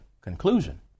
conclusion